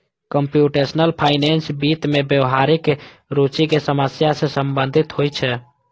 computational finance वित्त मे व्यावहारिक रुचिक समस्या सं संबंधित होइ छै